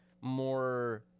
more